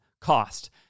Cost